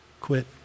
quit